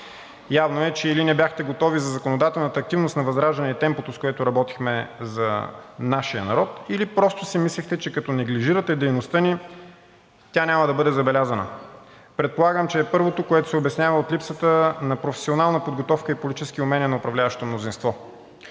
Явно е, че и Вие не бяхте готови за законодателната активност на ВЪЗРАЖДАНЕ и темпото, с което работихме за нашия народ, или просто си мислехте, че като неглижирате дейността ни, тя няма да бъде забелязана. Предполагам, че е първото, което се обяснява от липсата на персонална подготовка и политически умения на управляващото мнозинство.